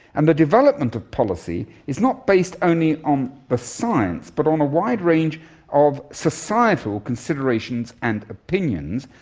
and the development of policy is not based only on the science but on a wide range of societal considerations and opinions,